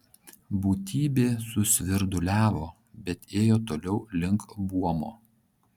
būtybė susvirduliavo bet ėjo toliau link buomo